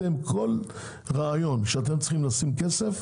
ברגע שיש רעיון שבו אתם צריכים לשים כסף,